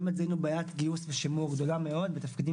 זיהינו בעיית גיוס ושימור גדולה מאוד בתפקידים